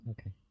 Okay